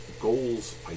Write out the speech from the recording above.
goals